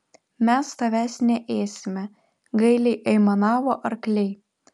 mes tavęs neėsime gailiai aimanavo arkliai